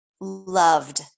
loved